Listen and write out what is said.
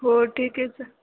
हो ठीक आहे सर